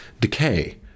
decay